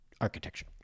architecture